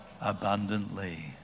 abundantly